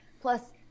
Plus